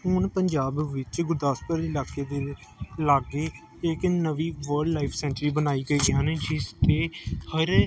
ਹੁਣ ਪੰਜਾਬ ਵਿੱਚ ਗੁਰਦਾਸਪੁਰ ਇਲਾਕੇ ਦੇ ਲਾਗੇ ਇੱਕ ਨਵੀਂ ਵਾਈਲਡ ਲਾਈਫ ਸੈਂਚਰੀ ਬਣਾਈ ਗਈ ਹਨ ਜਿਸ 'ਤੇ ਹਰ